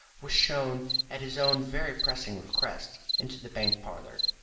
was shown at his own very pressing request into the bank parlour.